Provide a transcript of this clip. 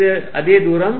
இது அதே தூரம்